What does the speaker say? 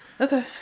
Okay